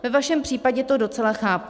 Ve vašem případě to docela chápu.